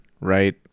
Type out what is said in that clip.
right